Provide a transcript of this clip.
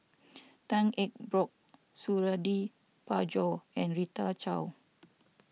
Tan Eng Bock Suradi Parjo and Rita Chao